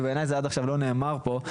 ולדעתי זה לא נאמר פה עד עכשיו,